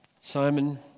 Simon